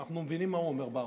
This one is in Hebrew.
אנחנו מבינים מה הוא אומר בערבית.